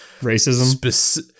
Racism